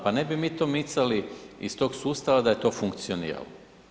Pa ne bi mi to micali iz tog sustava da je to funkcioniralo.